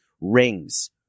Rings